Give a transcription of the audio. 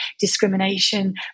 discrimination